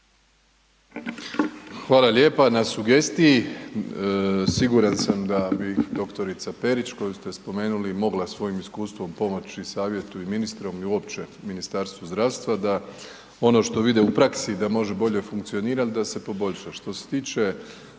Hvala lijepa na sugestiji, siguran sam da bi doktorica Perić koju ste spomenuli mogla svojim iskustvom pomoći savjetu i ministrom i uopće Ministarstvu zdravstva da ono što vide u praksi da može bolje funkcionirat da se poboljša.